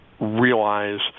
realize